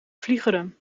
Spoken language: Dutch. vliegeren